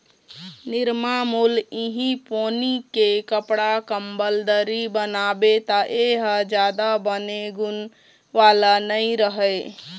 निरमामुल इहीं पोनी के कपड़ा, कंबल, दरी बनाबे त ए ह जादा बने गुन वाला नइ रहय